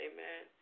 Amen